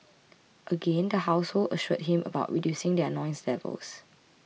again the household assured him about reducing their noise levels